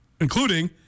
Including